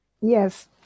Yes